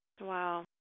Wow